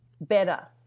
better